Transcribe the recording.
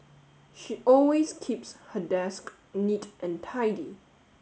she always keeps her desk neat and tidy